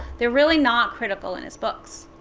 they're really not critical in his books.